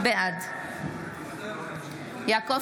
בעד יעקב